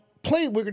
Play